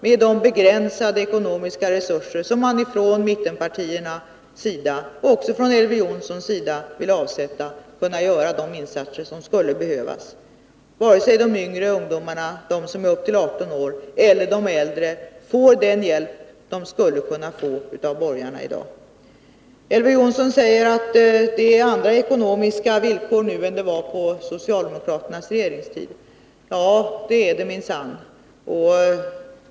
Med de begränsade ekonomiska resurser som man från mittenpartiernas sida och också från Elver Jonssons sida vill avsätta kommer man inte att kunna göra de insatser som skulle behövas. Varken de yngre ungdomarna — de som är upp till 18 år gamla — eller de äldre får den hjälp de skulle kunna få av borgarna i dag. Elver Jonsson säger att det är andra ekonomiska villkor nu än på socialdemokraternas regeringstid. Ja, det är det minsann.